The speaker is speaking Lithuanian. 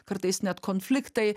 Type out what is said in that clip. kartais net konfliktai